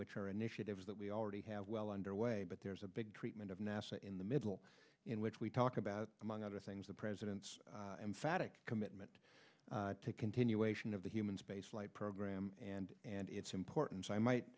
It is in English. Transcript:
which are initiatives that we already have well underway but there's a big treatment of nasa in the middle in which we talk about among other things the president's emphatic commitment to continuation of the human spaceflight program and and its importance i might